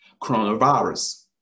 Coronavirus